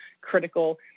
critical